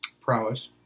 prowess